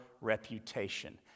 reputation